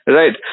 right